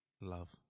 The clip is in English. Love